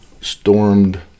stormed